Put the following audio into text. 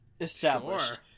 established